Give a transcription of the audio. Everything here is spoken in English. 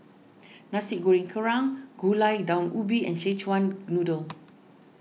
Nasi Goreng Kerang Gulai Daun Ubi and Szechuan Noodle